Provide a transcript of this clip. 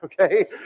okay